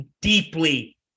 deeply